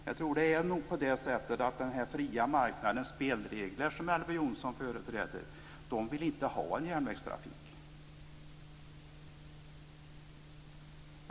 Jag tror att den fria marknadens spelregler, som Elver Jonsson företräder, inte vill ha en järnvägstrafik.